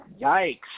Yikes